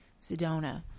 sedona